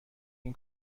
این